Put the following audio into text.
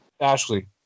Ashley